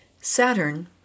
Saturn